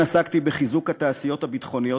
עסקתי בחיזוק התעשיות הביטחוניות